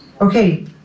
Okay